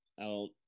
out